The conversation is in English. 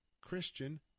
Christian